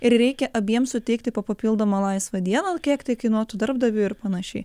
ir reikia abiem suteikti po papildomą laisvą dieną kiek tai kainuotų darbdaviui ir panašiai